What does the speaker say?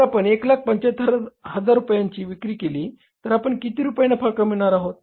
जर आपण 175000 रुपयांची विक्री केली तर आपण किती रुपये नफा कमविणार आहोत